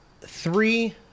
three